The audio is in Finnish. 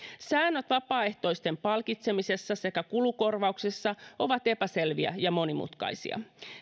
säännöt vapaaehtoisten palkitsemisessa sekä kulukorvauksissa ovat epäselviä ja monimutkaisia